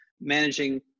managing